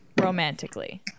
romantically